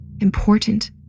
important